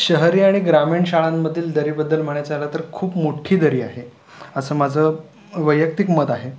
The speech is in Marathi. शहरी आणि ग्रामीण शाळांमधील दरीबद्दल म्हणायचं झालं तर खूप मोठ्ठी दरी आहे असं माझं वैयक्तिक मत आहे